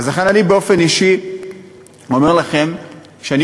לכן אני באופן אישי אומר לכם שאני